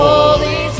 Holy